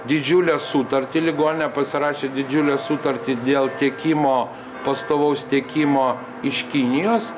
didžiulę sutartį ligoninė pasirašė didžiulę sutartį dėl tiekimo pastovaus tiekimo iš kinijos